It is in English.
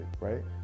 right